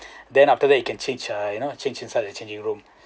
then after that you can change uh you know change inside the changing room